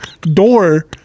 door